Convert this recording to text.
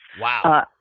Wow